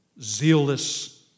zealous